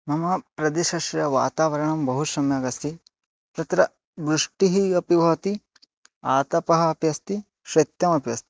मम प्रदेशस्य वातावरणं बहु सम्यगस्ति तत्र वृष्टिः अपि भवति आतपः अपि अस्ति शैत्यमपि अस्ति